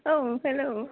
औ हेल'